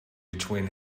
between